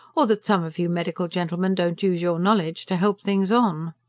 or that some of you medical gentlemen don't use your knowledge to help things on.